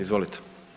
Izvolite.